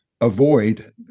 avoid